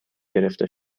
گرفته